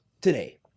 today